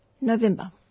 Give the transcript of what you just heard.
November